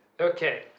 okay